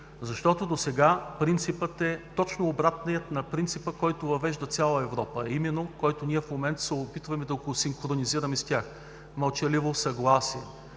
Досега принципът е точно обратният на принципа, който въвежда цяла Европа, именно, който в момента се опитваме да го синхронизираме с тях – мълчаливо съгласие.